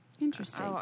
interesting